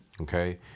okay